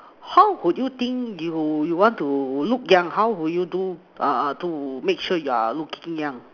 how would you think you you want to look young how would you do uh to make sure you're looking young